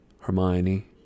hermione